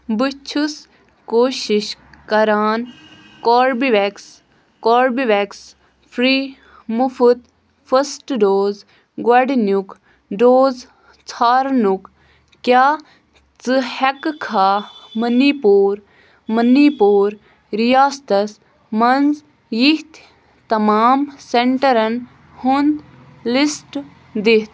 بہٕ چھُس کوشِش کران کوربِویٚکٕس کوربِویٚکٕس فرٛی مُفٕط فٔسٹ دوز گۄڈٕنیُک ڈوز ژھارنُک کیٛاہ ژٕ ہیککھا مٔنی پوٗر مٔنی پوٗر رِیاستَس مَنٛز یِتھ تمام سینٹرن ہُنٛد لِسٹ دِتھ